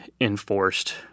enforced